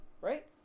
Right